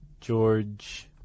George